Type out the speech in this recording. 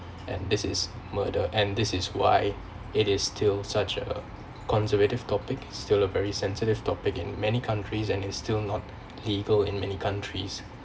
and this is murder and this is why it is still such a conservative topic still a very sensitive topic in many countries and is still not legal in many countries